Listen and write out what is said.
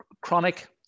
chronic